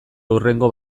hurrengo